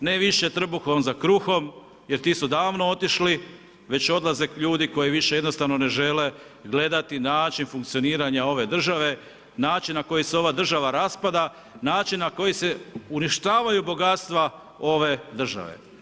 ne više trbuhom za kruhom jer ti su davno otišli, već odlaze ljudi koji više jednostavno ne žele gledati način funkcioniranja ove države, način na koji se ova država raspada, način na koji se uništavaju bogatstva ove države.